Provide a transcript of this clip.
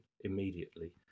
immediately